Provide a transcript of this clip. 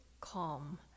calm